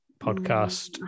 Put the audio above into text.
podcast